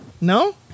No